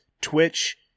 Twitch